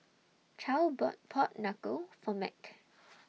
Charle bought Pork Knuckle For Mack